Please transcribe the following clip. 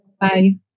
Bye